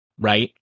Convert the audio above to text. Right